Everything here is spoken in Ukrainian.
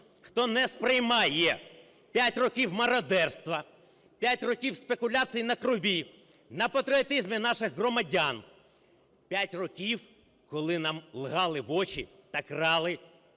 хто не сприймає п'ять років мародерства, п'ять років спекуляцій на крові, на патріотизмі наших громадян, п'ять років, коли нам лгали в очі та крали